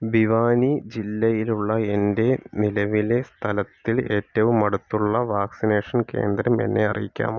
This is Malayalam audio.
ഭിവാനി ജില്ലയിലുള്ള എൻ്റെ നിലവിലെ സ്ഥലത്തിന് ഏറ്റവും അടുത്തുള്ള വാക്സിനേഷൻ കേന്ദ്രം എന്നെ അറിയിക്കാമോ